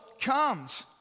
comes